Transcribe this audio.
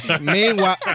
Meanwhile